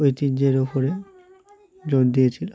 ঐতিহ্যের ওপরে জোর দিয়েছিল